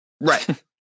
Right